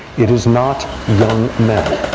it is not young men.